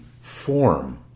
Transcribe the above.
form